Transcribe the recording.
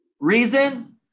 reason